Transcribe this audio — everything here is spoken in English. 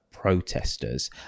protesters